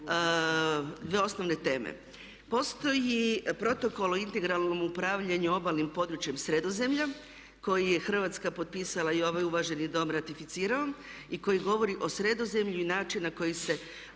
dvije osnovne teme. Postoji protokol o integralnom upravljanju obalnim područjem Sredozemlja koji je Hrvatska potpisala i ovaj uvaženi Dom ratificirao i koji govori o Sredozemlju i načinu na koji se